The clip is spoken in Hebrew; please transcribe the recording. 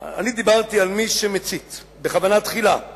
אני דיברתי על מי שמצית בכוונה תחילה.